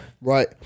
Right